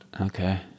okay